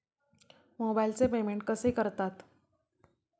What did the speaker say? मोबाइलचे पेमेंट कसे करतात?